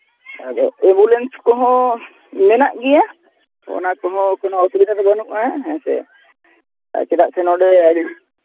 ᱟᱫᱚ ᱮᱢᱵᱩᱞᱮᱱᱥ ᱠᱚᱦᱚᱸ ᱢᱮᱱᱟᱜ ᱜᱮᱭᱟ ᱚᱱᱟ ᱠᱚᱦᱚᱸ ᱠᱳᱱᱳ ᱚᱥᱩᱵᱤᱫᱷᱟᱫᱚ ᱵᱟᱹᱱᱩᱜᱼᱟ ᱦᱮᱸ ᱥᱮ ᱪᱮᱫᱟᱜ ᱥᱮ ᱱᱚᱰᱮ ᱟᱹᱰᱤ